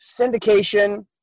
syndication